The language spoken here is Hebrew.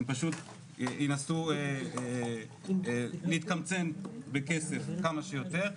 הם פשוט ינסו להתקמצן בכסף כמה שיותר.